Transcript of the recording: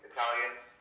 Italians